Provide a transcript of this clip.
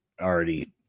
already